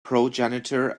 progenitor